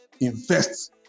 invest